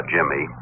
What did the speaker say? Jimmy